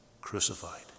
crucified